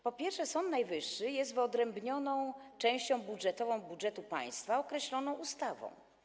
Po pierwsze, Sąd Najwyższy jest wyodrębnioną częścią budżetu państwa określoną ustawą.